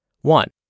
One